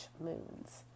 moons